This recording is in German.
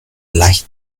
leicht